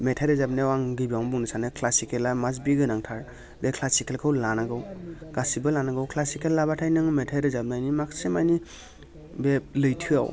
मेथाइ रोजाबनायाव आं गिबियावनो बुंनो सानो क्लासिकेला मास्ट बि गोनांथार बे क्लासिखेलखौ लानांगौ गासिबो लानांगौ क्लासिकेल लाब्लाथाय नों मेथाइ रोजाबनायनि माखासेमानि बे लैथोआव